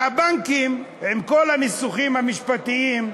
והבנקים, עם כל הניסוחים המשפטיים,